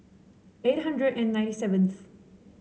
eight hundred and ninety seventh